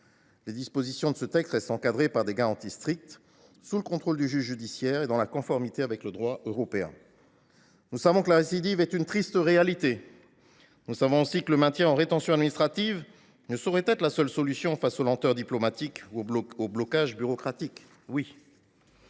Les dispositions de ce texte restent de surcroît encadrées par des garanties strictes, sous le contrôle du juge judiciaire et en conformité avec le droit européen. Nous savons que la récidive est une triste réalité. Nous savons aussi que le maintien en rétention administrative ne saurait être la seule solution face aux lenteurs diplomatiques ou aux blocages bureaucratiques.